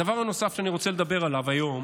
הדבר הנוסף שאני רוצה לדבר עליו היום